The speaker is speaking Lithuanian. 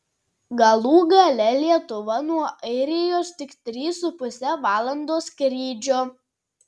galų gale lietuva nuo airijos tik trys su puse valandos skrydžio